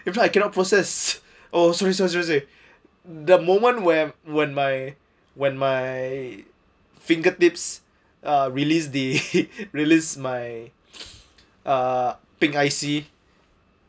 if not I cannot process oh sorry sorry sorry sorry the moment where when my when my fingertips uh released the released my uh pink I_C